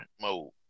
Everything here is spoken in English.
mode